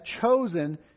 chosen